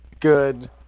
good